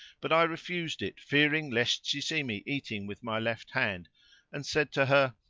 but i refused it fearing lest she see me eating with my left hand and said to her,